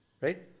Right